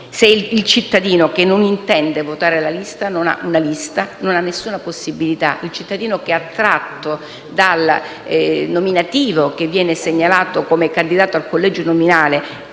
Il cittadino che non intende votare una lista non ha alcuna possibilità; il cittadino che è attratto dal nominativo che viene segnalato come candidato al collegio uninominale